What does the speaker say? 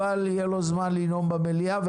אבל יהיה לו זמן לנאום במליאה.